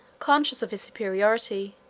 conscious of his superiority,